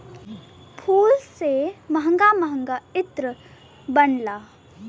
फूल से महंगा महंगा इत्र बनला